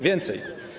Więcej.